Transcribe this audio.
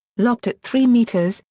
lopped at three metres,